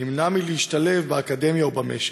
נמנע מהם להשתלב באקדמיה ובמשק.